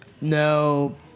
No